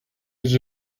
was